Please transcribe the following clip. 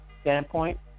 standpoint